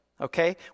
Okay